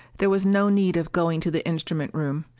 there was no need of going to the instrument room.